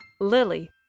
Lily